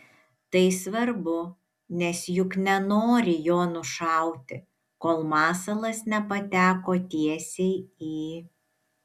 tai svarbu nes juk nenori jo nušauti kol masalas nepateko tiesiai į